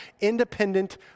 independent